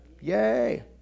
yay